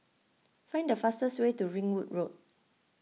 find the fastest way to Ringwood Road